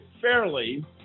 fairly